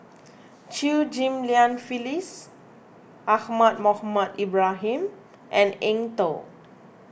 Chew Ghim Lian Phyllis Ahmad Mohamed Ibrahim and Eng Tow